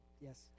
Yes